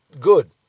good